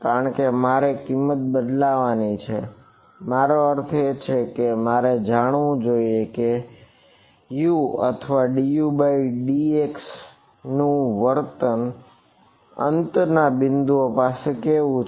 કારણ કે મારે કિંમત બદલવાની છે મારો અર્થ એ છે કે મારે જાણવું જોઈએ કે U અથવા dUdx નું વર્તન અંતના બિંદુઓ પાસે કેવું છે